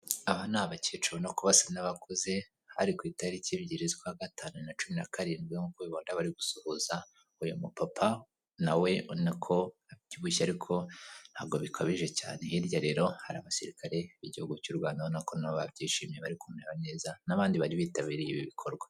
Aba ni abakecuru nuko basa n'abakuze hari ku itariki ebyiri z'ukwa gatanu bibiri na cumi na karindwi nkuko ubibona bari gusuhuza uyu mupapa nawe ko nawe abyibushye ariko ntabwo bikabije cyane hirya rero hari abasirikare b'igihugu cy'u Rwanda ubona ko nabo babyishimiye bari kumera neza n'abandi bari bitabiriye ibi bikorwa.